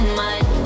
mind